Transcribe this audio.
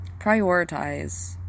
prioritize